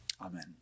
Amen